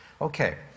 okay